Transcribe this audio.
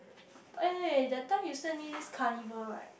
eh that time you send me this carnival right